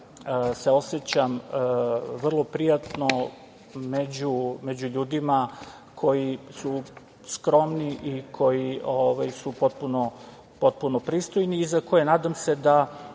se osećam vrlo prijatno među ljudima koji su skromni i koji su potpuno pristojni i za koje nadam se